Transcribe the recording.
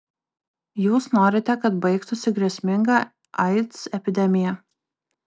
jūs norite kad baigtųsi grėsminga aids epidemija